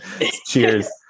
cheers